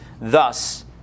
Thus